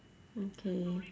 okay